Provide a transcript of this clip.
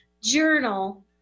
journal